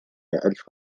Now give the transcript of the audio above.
ألف